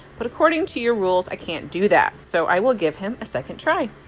but according to your rules, i can't do that. so i will give him a second try